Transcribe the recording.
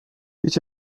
هیچ